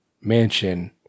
Mansion